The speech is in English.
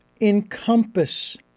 encompass